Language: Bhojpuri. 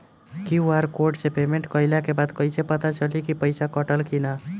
क्यू.आर कोड से पेमेंट कईला के बाद कईसे पता चली की पैसा कटल की ना?